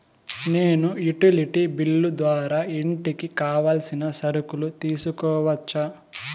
నేను utility bill ద్వారా ఇంటికి కావాల్సిన సరుకులు తీసుకోవచ్చా?